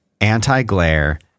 anti-glare